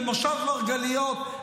במושב מרגליות?